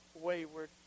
wayward